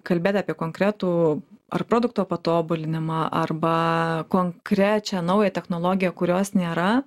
kalbėt apie konkretų ar produkto patobulinimą arba konkrečią naują technologiją kurios nėra